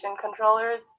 controllers